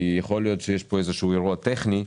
יכול להיות שזה עניין טכני,